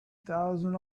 thousand